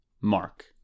Mark